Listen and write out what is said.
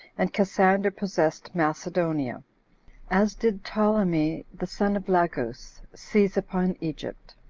and cassander possessed macedonia as did ptolemy the son of lagus seize upon egypt.